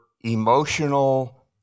emotional